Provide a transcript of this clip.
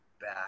back